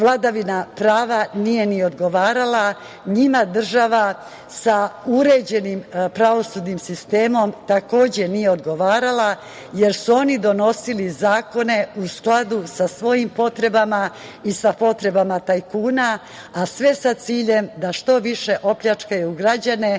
vladavina prava nije ni odgovarala, njima država sa uređenim pravosudnim sistemom takođe nije odgovarala, jer su oni donosili zakone u skladu sa svojim potrebama i sa potrebama tajkuna, a sve sa ciljem da što više opljačkaju građane